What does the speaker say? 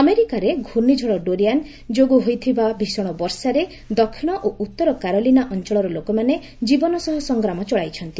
ଆମେରିକାରେ ଘର୍ଣ୍ଣିଜନ ଡୋରିୟାନ୍ ଯୋଗୁଁ ହୋଇଥିବା ଭୀଷଣ ବର୍ଷାରେ ଦକ୍ଷିଣ ଓ ଉତ୍ତର କାରୋଲିନା ଅଞ୍ଚଳର ଲୋକମାନେ ଜୀବନ ସହ ସଂଗ୍ରାମ ଚଳାଇଛନ୍ତି